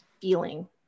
feeling